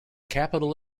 capital